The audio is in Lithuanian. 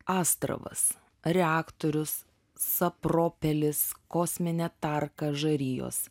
astravas reaktorius sapropelis kosminė tarka žarijos